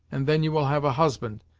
and then you will have a husband,